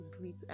breathe